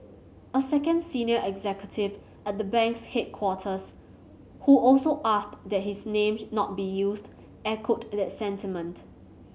a second senior executive at the bank's headquarters who also asked that his name not be used echoed that sentiment